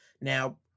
Now